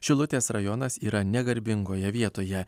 šilutės rajonas yra negarbingoje vietoje